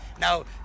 Now